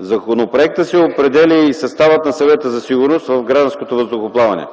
законопроекта се определя и състава на Съвета за сигурност в гражданското въздухоплаване.